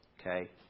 Okay